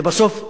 ובסוף,